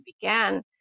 began